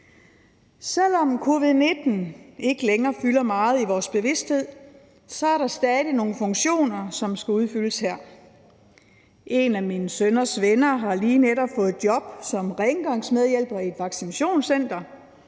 Selv om covid-19 ikke længere fylder meget i vores bevidsthed, er der stadig nogle funktioner, som skal udfyldes her. En af mine sønners venner har netop fået job som rengøringsmedhjælper i et vaccinationscenter;